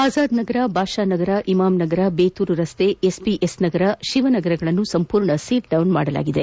ಆಜಾದ್ನಗರ ಬಾಷಾನಗರ ಇಮಾಂನಗರ ಬೇತೂರು ರಸ್ತೆ ಎಸ್ಪಿಎಸ್ ನಗರ ಶಿವನಗರಗಳನ್ನು ಸಂಪೂರ್ಣ ಸೀಲ್ಡೌನ್ ಮಾಡಲಾಗಿದೆ